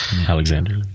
Alexander